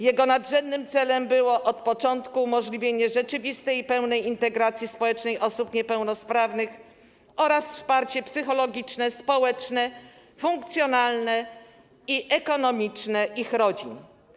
Jego nadrzędnym celem od początku było umożliwienie rzeczywistej i pełnej integracji społecznej osób niepełnosprawnych oraz wsparcie psychologiczne, społeczne, funkcjonalne i ekonomiczne ich rodzin.